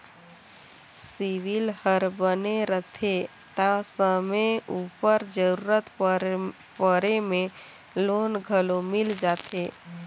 CIBIL हर बने रहथे ता समे उपर जरूरत परे में लोन घलो मिल जाथे